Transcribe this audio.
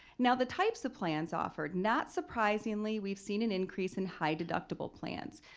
now, the types of plans offered not surprisingly we've seen an increase in high deductible plans.